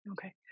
okay